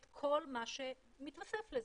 את כל מה שמתווסף לזה.